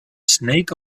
snake